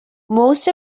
most